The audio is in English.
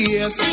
Yes